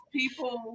people